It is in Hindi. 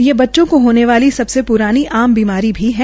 यह बच्चों को होने वाली सबसे पुरानी बीमारी भी है